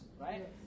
Right